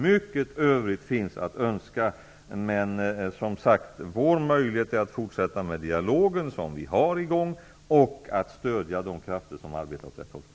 Mycket övrigt finns att önska. Men vår möjlighet är att fortsätta den dialog som är igång och att stödja de krafter som arbetar åt rätt håll.